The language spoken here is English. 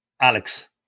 Alex